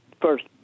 first